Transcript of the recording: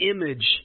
image